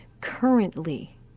currently